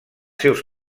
seus